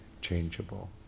changeable